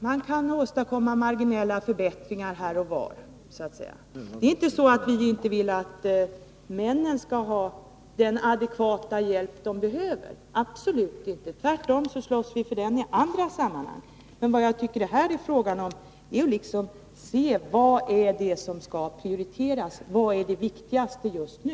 Man kan så att säga åstadkomma marginella förbättringar här och var: FN-organet UNI Det är inte så att vi inte vill att männen skall få den adekvata hjälp de DO om genoch behöver — absolut inte. Tvärtom slåss vi för den i andra sammanhang. Men = pioteknik vad jag tycker att det här är fråga om är att vi skall se efter vad som skall prioriteras, vad som är det viktigaste just nu.